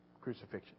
crucifixion